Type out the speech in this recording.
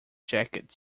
jacket